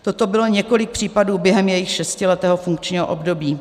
Toto bylo několik případů během jejího šestiletého funkčního období.